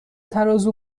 ترازو